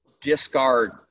discard